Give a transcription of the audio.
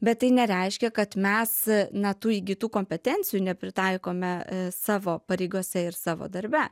bet tai nereiškia kad mes na tų įgytų kompetencijų nepritaikome savo pareigose ir savo darbe